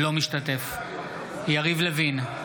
אינו משתתף בהצבעה יריב לוין,